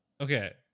Okay